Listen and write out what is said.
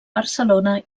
barcelona